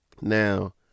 Now